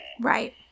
Right